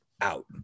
out